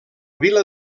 vila